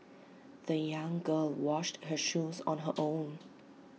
the young girl washed her shoes on her own